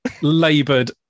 laboured